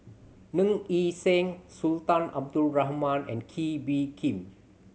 Ng Yi Sheng Sultan Abdul Rahman and Kee Bee Khim